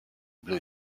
blue